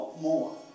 more